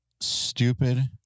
stupid